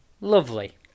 lovely